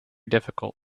difficult